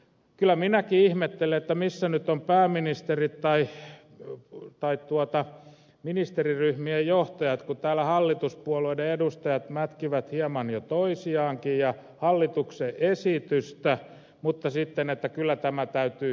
kyllä minäkin ihmettelen missä nyt ovat pääministeri tai ministeriryhmien johtajat kun täällä hallituspuolueiden edustajat mätkivät hieman jo toisiaankin ja hallituksen esitystä mutta sitten sanovat että kyllä tämä täytyy hyväksyä